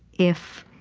if